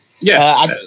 Yes